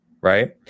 right